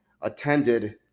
attended